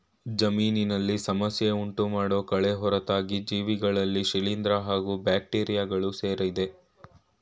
ಜಮೀನಿನಲ್ಲಿ ಸಮಸ್ಯೆ ಉಂಟುಮಾಡೋ ಕಳೆ ಹೊರತಾಗಿ ಜೀವಿಗಳಲ್ಲಿ ಶಿಲೀಂದ್ರ ಹಾಗೂ ಬ್ಯಾಕ್ಟೀರಿಯಗಳು ಸೇರಯ್ತೆ